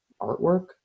artwork